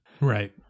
Right